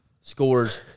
Scores